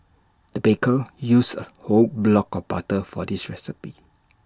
the baker used A whole block of butter for this recipe